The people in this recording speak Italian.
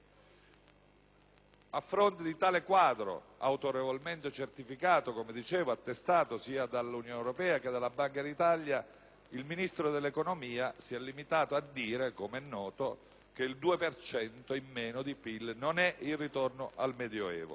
A fronte di tale quadro, autorevolmente certificato, come dicevo prima, sia dall'Unione europea che dalla Banca d'Italia, il Ministro dell'economia si è limitato a dire, com'è noto, che il 2 per cento in meno di PIL non è il ritorno al medioevo.